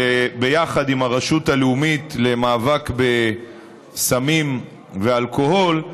ביחד עם הרשות הלאומית למאבק בסמים ואלכוהול,